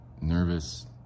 Nervous